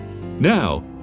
Now